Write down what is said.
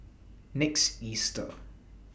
next Easter